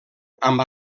amb